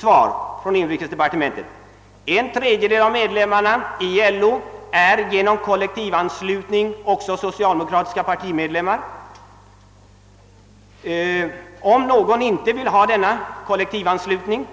Svar från inrikesdepartementet: En tredjedel av medlemmarna i LO är genom kollektivanslutning också socialdemokratiska partimedlemmar. Om någon inte vill ha denna kollektivanslutning,